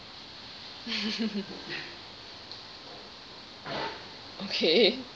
okay